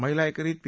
महिला एकेरीत पी